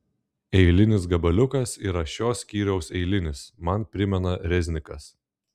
eilinis gabaliukas yra šio skyriaus eilinis man primena reznikas